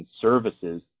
services